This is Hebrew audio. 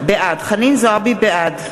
בעד